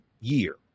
year